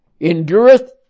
Endureth